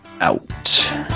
out